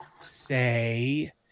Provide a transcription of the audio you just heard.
say